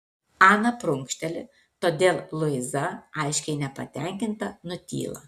ana prunkšteli todėl luiza aiškiai nepatenkinta nutyla